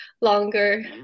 longer